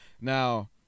now